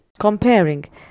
comparing